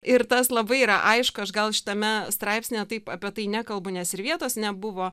ir tas labai yra aišku aš gal šitame straipsnyje taip apie tai nekalbu nes ir vietos nebuvo